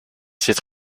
cette